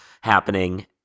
happening